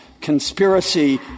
Conspiracy